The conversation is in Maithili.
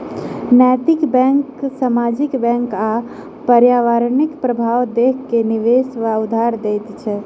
नैतिक बैंक सामाजिक आ पर्यावरणिक प्रभाव देख के निवेश वा उधार दैत अछि